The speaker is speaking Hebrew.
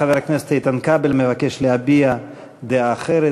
חבר הכנסת איתן כבל מבקש להביע דעה אחרת.